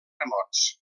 remots